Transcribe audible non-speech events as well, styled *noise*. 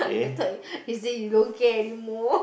I thought you *breath* you say you don't care anymore